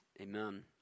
Amen